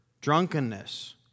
drunkenness